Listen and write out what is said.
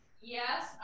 Yes